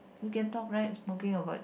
you can talk right smoking or what